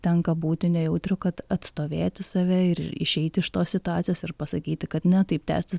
tenka būti nejautriu kad atstovėti save ir išeit iš tos situacijos ir pasakyti kad ne taip tęstis